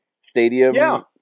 stadium